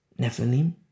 Nephilim